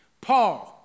Paul